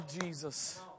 Jesus